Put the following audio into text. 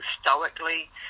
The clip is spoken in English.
stoically